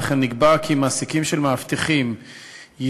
וכן נקבע כי מעסיקים של מאבטחים יישאו